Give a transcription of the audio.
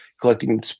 collecting